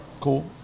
cool